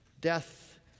Death